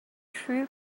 true